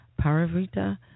Paravrita